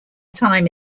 time